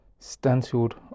Stansfield